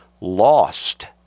lost